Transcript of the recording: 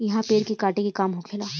इहा भेड़ के काटे के काम होखेला